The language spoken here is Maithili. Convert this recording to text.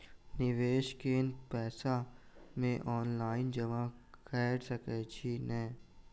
निवेश केँ पैसा मे ऑनलाइन जमा कैर सकै छी नै?